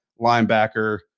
linebacker